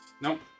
Nope